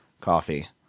Coffee